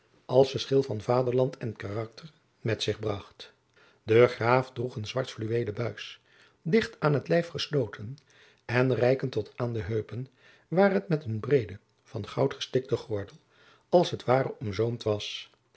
als verschil van vaderland en karakter met zich bracht de graaf droeg een zwart fluweelen buis dicht aan het lijf gesloten en reikend tot aan de heupen waar het met een breeden van goud gestikten gordel als het ware omzoomd was